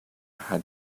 had